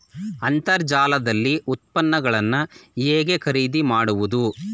ಅಂತರ್ಜಾಲದಲ್ಲಿ ಉತ್ಪನ್ನಗಳನ್ನು ಹೇಗೆ ಖರೀದಿ ಮಾಡುವುದು?